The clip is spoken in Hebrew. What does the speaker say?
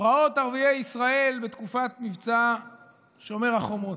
פרעות ערביי ישראל בתקופת מבצע שומר החומות,